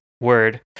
word